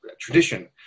tradition